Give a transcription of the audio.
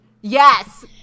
yes